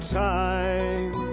time